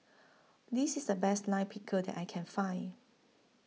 This IS The Best Lime Pickle that I Can Find